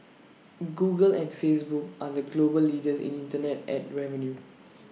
Google and Facebook are the global leaders in Internet Ad revenue